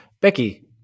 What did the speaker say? Becky